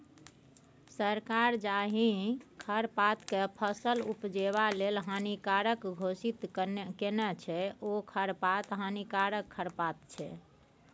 सरकार जाहि खरपातकेँ फसल उपजेबा लेल हानिकारक घोषित केने छै ओ खरपात हानिकारक खरपात छै